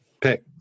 pick